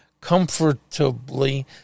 comfortably